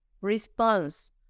response